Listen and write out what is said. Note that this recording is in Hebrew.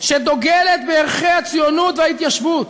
שדוגלת בערכי הציונות וההתיישבות,